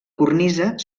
cornisa